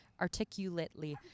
Articulately